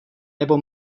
nebo